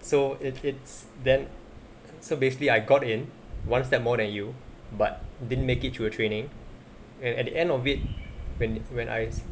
so it it's then so basically I got in once that more than you but didn't make it through the training and at the end of it when when I s~